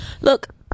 look